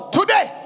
today